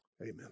amen